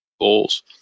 goals